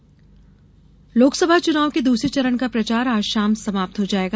चुनाव प्रचार लोकसभा चुनाव के दूसरे चरण का प्रचार आज शाम समाप्त हो जाएगा